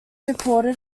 reported